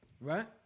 Right